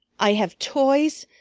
i have toys,